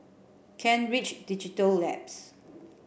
Kent Ridge Digital Labs